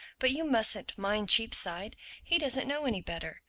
but you mustn't mind cheapside he doesn't know any better.